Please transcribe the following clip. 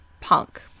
punk